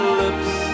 lips